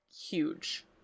huge